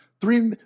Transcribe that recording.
Three